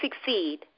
succeed